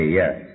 yes